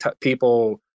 people